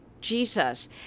Jesus